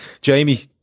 Jamie